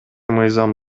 мыйзам